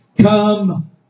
come